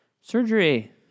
surgery